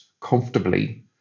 comfortably